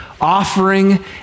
offering